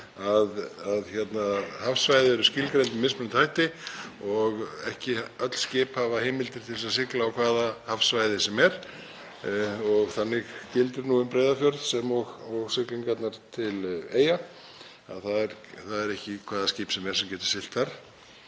að hafsvæði eru skilgreind með mismunandi hætti og ekki öll skip hafa heimildir til að sigla á hvaða hafsvæði sem er. Þannig gildir nú um Breiðafjörð sem og siglingarnar til Eyja að það er ekki hvaða skip sem er sem getur siglt þar.